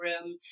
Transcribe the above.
room